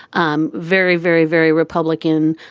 um very, very, very republican,